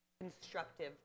constructive